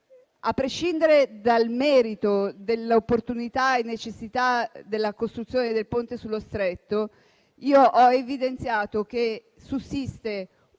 A prescindere dal merito dell'opportunità e necessità della costruzione del Ponte sullo Stretto, ho evidenziato che sussiste